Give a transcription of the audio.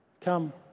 Come